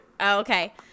okay